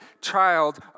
child